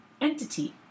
entity